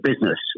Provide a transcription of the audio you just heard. business